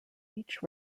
each